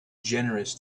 generous